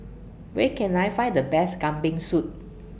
Where Can I Find The Best Kambing Soup